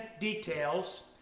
details